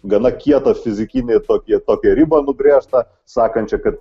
gana kietą fizikinį tokį tokį ribą nubrėžtą sakančia kad